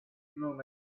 moment